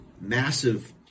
massive